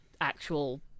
actual